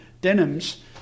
denims